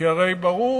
כי הרי ברור